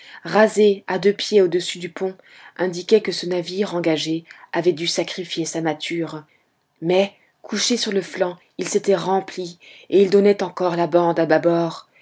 rasés à deux pieds au-dessus du pont indiquaient que ce navire engagé avait dû sacrifier sa mâture mais couché sur le flanc il s'était rempli et il donnait encore la bande à bâbord